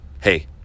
hey